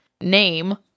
name